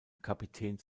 kapitän